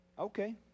Okay